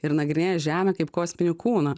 ir nagrinėja žemę kaip kosminį kūną